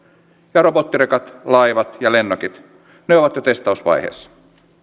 ja robottirekat laivat ja lennokit ne ovat jo testausvaiheessa